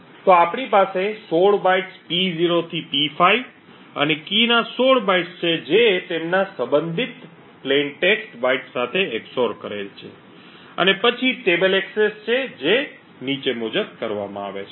તો આપણી પાસે 16 બાઇટ્સ P0 થી P5 અને કી ના 16 બાઇટ્સ છે જે તેમના સંબંધિત સાદા ટેક્સ્ટ બાઇટ્સ સાથે XOR કરેલ છે અને પછી ટેબલ એક્સેસ છે જે નીચે મુજબ કરવામાં આવે છે